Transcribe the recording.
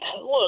look